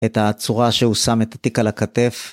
‫את הצורה שהוא שם את התיק על הכתף.